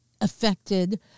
affected